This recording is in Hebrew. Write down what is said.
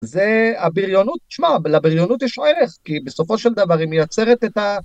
זה הבריאונות, שמע, לבריאונות יש ערך, כי בסופו של דברים מייצרת את ה...